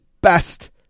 best